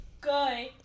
go